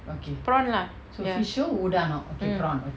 prawn lah ya mm